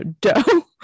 dough